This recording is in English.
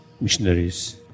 missionaries